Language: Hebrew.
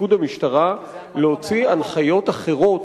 פיקוד המשטרה להוציא הנחיות אחרות,